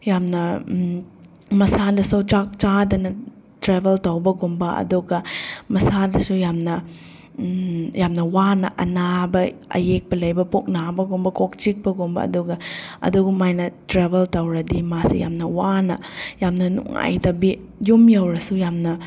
ꯌꯥꯝꯅ ꯃꯁꯥꯗꯁꯨ ꯆꯥꯛ ꯆꯥꯗꯅ ꯇ꯭ꯔꯦꯕꯦꯜ ꯇꯧꯕꯒꯨꯝꯕ ꯑꯗꯨꯒ ꯃꯁꯥꯗꯁꯨ ꯌꯥꯝꯅ ꯌꯥꯝꯅ ꯋꯥꯅ ꯑꯅꯥꯕ ꯑꯌꯦꯛꯄ ꯂꯩꯕ ꯄꯨꯛ ꯅꯥꯕꯒꯨꯝꯕ ꯀꯣꯛ ꯆꯤꯛꯄꯒꯨꯝꯕ ꯑꯗꯨꯒ ꯑꯗꯨꯃꯥꯏꯅ ꯇ꯭ꯔꯦꯕꯦꯜ ꯇꯧꯔꯗꯤ ꯃꯥꯁꯦ ꯌꯥꯝꯅ ꯋꯥꯅ ꯌꯥꯝꯅ ꯅꯨꯡꯉꯥꯏꯇꯕꯤ ꯌꯨꯝ ꯌꯧꯔꯁꯨ ꯌꯥꯝꯅ